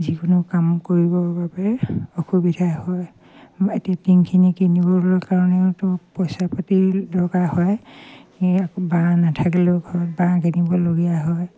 যিকোনো কাম কৰিবৰ বাবে অসুবিধা হয় এতিয়া টিংখিনি কিনিবলৈ কাৰণেওতো পইচা পাতি দৰকাৰ হয় বাঁহ নাথাকিলেও ঘৰত বাঁহ কিনিবলগীয়া হয়